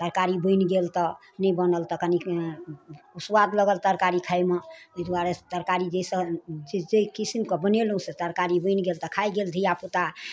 तरकारी बनि गेल तऽ नहि बनल तऽ कनिके सुआद लागल तरकारी खाइमे ताहि दुआरे तरकारी जाहिसँ जे किसिमके बनेलहुँ से तरकारी बनि गेल तऽ खाइ गेल धिआपुता